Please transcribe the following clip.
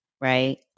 right